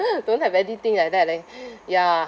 don't have anything like that leh ya